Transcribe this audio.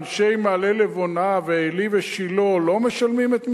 אנשי מעלה-לבונה ועלי ושילה לא משלמים את מסיהם?